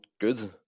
good